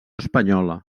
espanyola